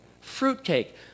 Fruitcake